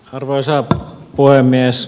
arvoisa puhemies